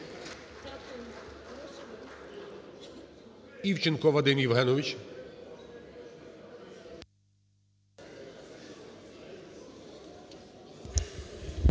Івченко Вадим Євгенович.